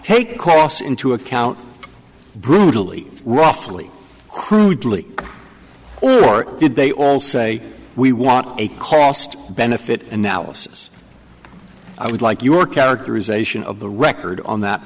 take costs into account brutally roughly crudely or did they all say we want a cost benefit analysis i would like your characterization of the record on that